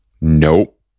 Nope